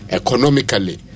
economically